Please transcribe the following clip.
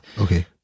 Okay